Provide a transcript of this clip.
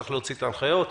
צריך להוציא את ההנחיות.